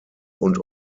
und